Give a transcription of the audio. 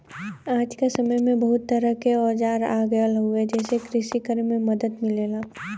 आज क समय में बहुत तरह क औजार आ गयल हउवे जेसे कृषि करे में मदद मिलला